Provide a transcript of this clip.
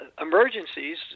emergencies